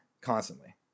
constantly